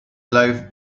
life